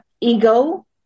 ego